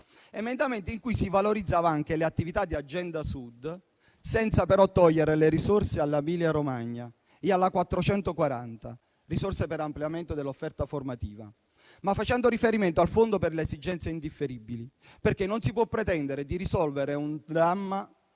bocciato, si valorizzavano anche le attività di Agenda Sud, senza però togliere risorse all'Emilia-Romagna e alla legge n. 440 del 1997 sull'ampliamento dell'offerta formativa, ma facendo riferimento al Fondo per le esigenze indifferibili, perché non si può pretendere di risolvere un dramma